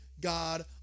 God